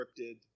scripted